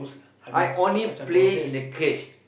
I only play in a cage